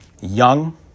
Young